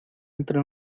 entre